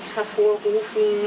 hervorrufen